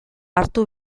hartu